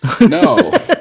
No